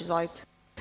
Izvolite.